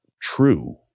true